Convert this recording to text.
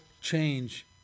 change